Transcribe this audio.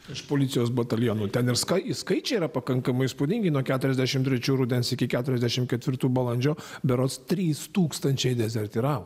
iš policijos batalionų ten ir skai skaičiai yra pakankamai įspūdingi nuo keturiasdešimt trečių rudens iki keturiasdešimt ketvirtų balandžio berods trys tūkstančiai dezertyravo